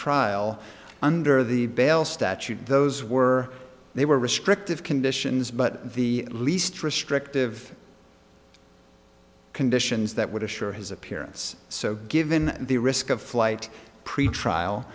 trial under the bail statute those were they were restrictive conditions but the least restrictive conditions that would assure his appearance so given the risk of flight pretrial